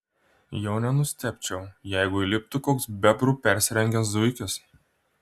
jau nenustebčiau jeigu įliptų koks bebru persirengęs zuikis